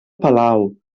palau